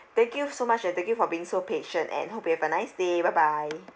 thank you so much and thank you for being so patient and hope you have a nice day bye bye